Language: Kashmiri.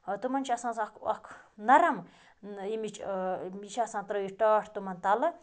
تِمَن چھِ آسان سۄ اَکھ اَکھ نَرَم ییمِچ یہِ چھِ آسان ترٲیِتھ ٹاٹھ تِمَن تَلہٕ